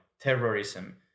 terrorism